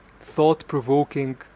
thought-provoking